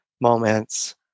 moments